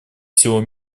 всего